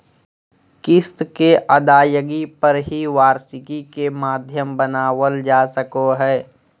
किस्त के अदायगी पर ही वार्षिकी के माध्यम बनावल जा सको हय